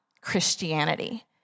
Christianity